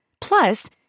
Plus